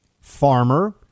farmer